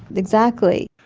exactly.